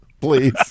Please